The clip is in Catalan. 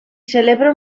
celebra